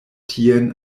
tien